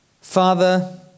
Father